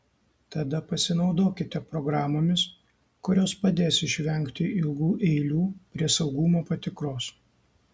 tada pasinaudokite programomis kurios padės išvengti ilgų eilių prie saugumo patikros